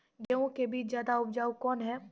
गेहूँ के बीज ज्यादा उपजाऊ कौन है?